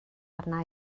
arna